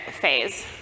phase